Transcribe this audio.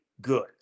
good